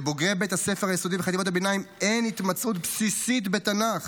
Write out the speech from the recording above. לבוגרי בית הספר היסודי וחטיבות ביניים אין התמצאות בסיסית בתנ"ך,